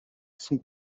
son